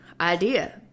idea